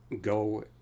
go